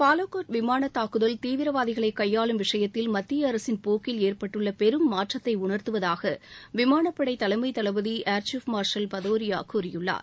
பாலகோட் விமான தாக்குதல் தீவிரவாதிகளை கையாளும் விஷயத்தில் மத்திய அரசின் போக்கில் ஏற்பட்டுள்ள பெரும் மாற்றத்தை உணர்த்துவதாக விமானப்படை தலைமைத் தளபதி ஏர்சீஃப் மார்ஷல் பதூரியா கூறியுள்ளார்